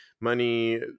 money